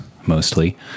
mostly